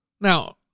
Now